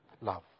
love